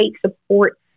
support